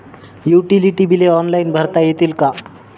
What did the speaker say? Utility बिले online भरता येतील का?